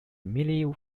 millie